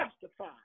justify